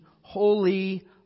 holy